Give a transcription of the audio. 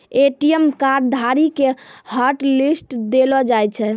ATM card धारी के hotlist देलो जाय छै